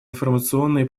информационные